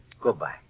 Goodbye